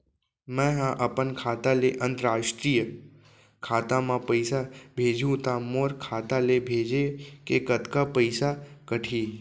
मै ह अपन खाता ले, अंतरराष्ट्रीय खाता मा पइसा भेजहु त मोर खाता ले, भेजे के कतका पइसा कटही?